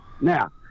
Now